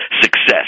success